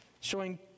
showing